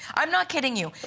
i am not kidding you.